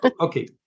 Okay